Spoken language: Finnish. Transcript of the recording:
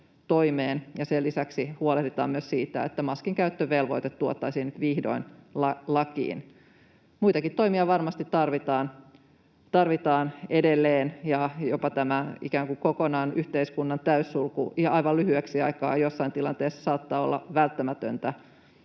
sen lisäksi huolehditaan myös siitä, että maskinkäyttövelvoite tuotaisiin nyt vihdoin lakiin. Muitakin toimia varmasti tarvitaan edelleen, jopa tämä ikään kuin kokonaan yhteiskunnan täyssulku aivan lyhyeksi aikaa saattaa jossain tilanteessa olla välttämätöntä,